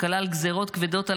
שכלל גזרות כבדות על